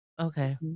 Okay